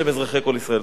שהם אזרחי כל ישראל.